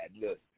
look